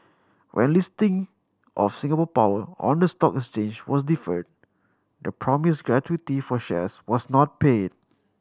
when listing of Singapore Power on the stock exchange was deferred the promise gratuity for shares was not paid